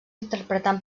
interpretant